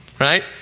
right